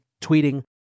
tweeting